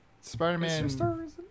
spider-man